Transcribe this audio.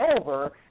over